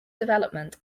development